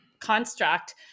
construct